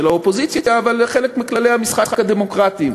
האופוזיציה היא חלק מכללי המשחק הדמוקרטיים,